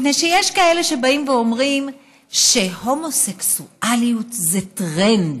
מפני שיש כאלה שבאים ואומרים שהומוסקסואלים זה טרנד,